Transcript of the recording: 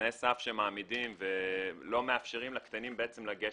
בתנאי הסף שהן מעמידות הן בעצם לא מאפשרות לקטנים לגשת.